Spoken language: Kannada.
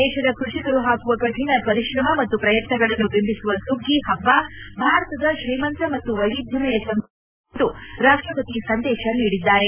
ದೇಶದ ಕೃಷಿಕರು ಹಾಕುವ ಕಠಿಣ ಪರಿಶ್ರಮ ಮತ್ತು ಪ್ರಯತ್ನಗಳನ್ನು ಬಿಂಬಿಸುವ ಸುಗ್ಗಿ ಹಬ್ಬ ಭಾರತದ ಶ್ರೀಮಂತ ಮತ್ತು ವೈವಿಧ್ಯಮಯ ಸಂಸ್ಟತಿಯನ್ನು ಸಾರುತ್ತದೆ ಎಂದು ರಾಷ್ಟಪತಿ ಸಂದೇಶ ನೀಡಿದ್ದಾರೆ